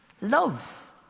Love